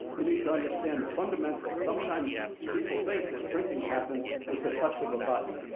you need to understand the fundamental. sometimes people think that printing happens with a touch of a button.